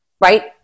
right